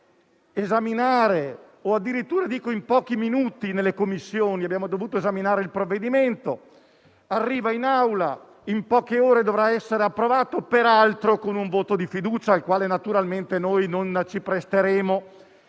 poche ore o addirittura in pochi minuti in Commissione abbiamo dovuto esaminare il provvedimento, che arriva in Aula e in poche ore dovrà essere approvato, peraltro con un voto di fiducia al quale naturalmente noi non ci presteremo.